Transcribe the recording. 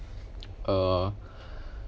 uh